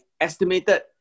estimated